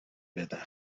بدم